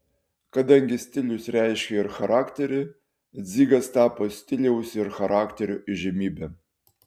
kadangi stilius reiškia ir charakterį dzigas tapo stiliaus ir charakterio įžymybe